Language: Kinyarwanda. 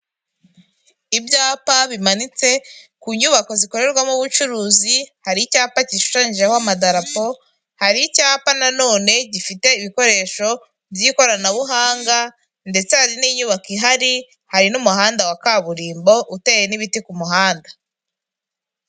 Ibyapa bimanitse ku nyubako zikorerwamo ubucuruzi hari icyapa gishushanyijeho amadarapo, hari icyapa nanone gifite ibikoresho by'ikoranabuhanga ndetse hari n'inyubako ihari, hari n'umuhanda wa kaburimbo uteye n'ibiti ku muhanda.